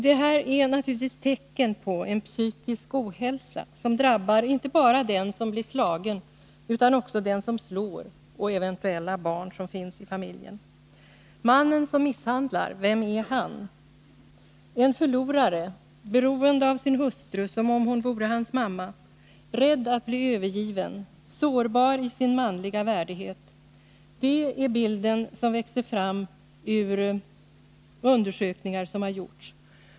Det är naturligtvis tecken på en psykisk ohälsa som drabbar inte bara den som blir slagen utan även den som slår och eventuella barn i familjen. Mannen som misshandlar, vem är han? En förlorare beroende av sin hustru som om hon vore hans mamma, rädd att bli övergiven, sårbar i sin manliga värdighet. Det är bilden som växer fram ur undersökningar som har gjorts.